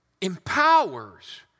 empowers